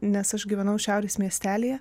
nes aš gyvenau šiaurės miestelyje